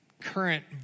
current